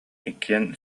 иккиэн